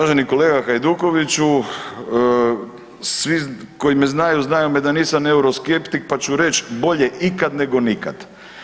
Uvaženi kolega Hajdukoviću, svi koji me znaju znaju me da nisam euroskeptik, pa ću reć bolje ikad nego nikad.